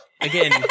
Again